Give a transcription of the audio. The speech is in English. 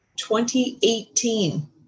2018